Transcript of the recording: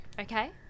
okay